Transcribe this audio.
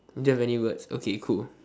do you have any words okay cool